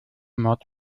mod